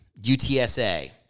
UTSA